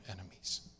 enemies